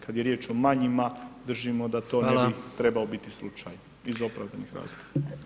Kad je riječ o manjima, držimo da to [[Upadica: Hvala.]] ne bi trebao biti slučaj iz opravdanih razloga.